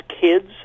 kids